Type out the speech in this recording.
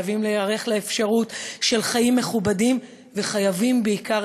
חייבים להיערך לאפשרות של חיים מכובדים וחייבים בעיקר